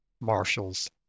marshals